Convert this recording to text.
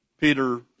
Peter